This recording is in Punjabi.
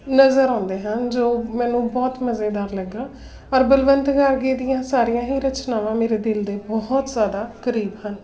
ਨਜ਼ਰ ਆਉਂਦੇ ਹਨ ਜੋ ਮੈਨੂੰ ਬਹੁਤ ਮਜ਼ੇਦਾਰ ਲੱਗਿਆ ਔਰ ਬਲਵੰਤ ਗਾਰਗੀ ਦੀਆਂ ਸਾਰੀਆਂ ਹੀ ਰਚਨਾਵਾਂ ਮੇਰੇ ਦਿਲ ਦੇ ਬਹੁਤ ਜ਼ਿਆਦਾ ਕਰੀਬ ਹਨ